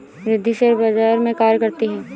Riddhi share बाजार में कार्य करती है